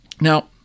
Now